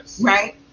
right